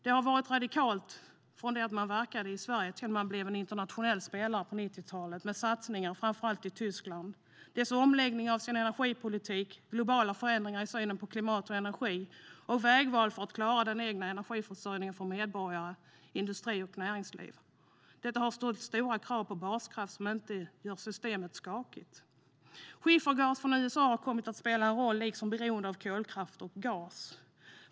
Det har varit radikalt - från det att man verkade i Sverige till att man blev en internationell spelare på 1990-talet med satsningar i framför allt Tyskland, en omläggning av energipolitiken, globala förändringar i synen på klimat och energi samt vägval för att klara den egna energiförsörjningen för medborgare, industri och näringsliv. Detta har ställt stora krav på baskraft som inte gör systemet skakigt. Skiffergas från USA har kommit att spela en roll, liksom beroendet av kolkraft och gas.